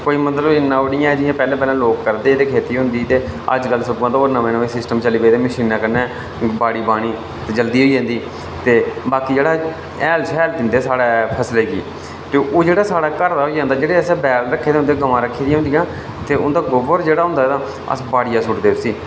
कोई मतलब इन्ना नेईं ऐ जि'यां पैह्लें पैह्लें लोक करदे हे जदूं खेती होंदी ही ते अज मतलब नमें नमें सिस्टम चली पेदे न मशीने कन्नै बाड़ी बाह्नी जल्दी होई जंदी ते बाकी जेहड़ा हैल शैल दिंदे साढ़े फसला गी ओह् जेहड़ा साढ़ा घरा दा होई जंदा जेहड़े असें बैल रक्खे दे होंदे ते गवां रक्खी दियां होंदियां गोबर जेहड़ा होंदा अस बाड़िया सु'टदे उसी